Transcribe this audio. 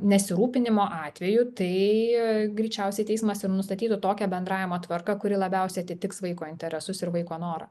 nesirūpinimo atvejų tai greičiausiai teismas ir nustatytų tokią bendravimo tvarką kuri labiausiai atitiks vaiko interesus ir vaiko norą